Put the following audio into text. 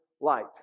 light